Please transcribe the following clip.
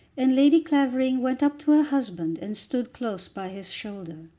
and lady clavering went up to her husband and stood close by his shoulder.